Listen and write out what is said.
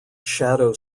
shadow